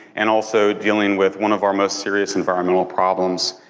and also dealing with one of our most serious environmental problems,